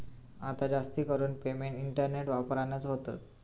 आता जास्तीकरून payment internet वापरानच होतत